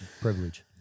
privilege